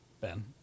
Ben